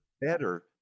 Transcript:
better